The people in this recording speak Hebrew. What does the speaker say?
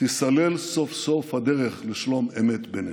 תיסלל סוף-סוף הדרך לשלום אמת בינינו.